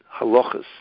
halachas